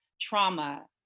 trauma